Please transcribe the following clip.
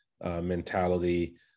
mentality